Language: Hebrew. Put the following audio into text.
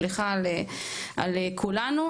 יגיעו כאן עוד מנכ"לי חברות ועוד כלכלנים.